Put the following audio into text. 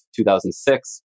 2006